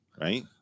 right